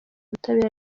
ubutabera